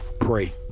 pray